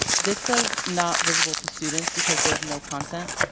this says, not visible to students, because there's no content.